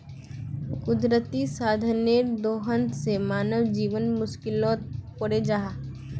कुदरती संसाधनेर दोहन से मानव जीवन मुश्कीलोत पोरे जाहा